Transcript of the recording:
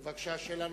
בבקשה, שאלה נוספת.